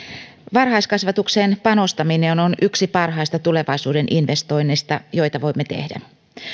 varhaiskasvatukseen panostaminen on yksi parhaista tulevaisuuden investoinneista joita voimme tehdä